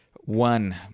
one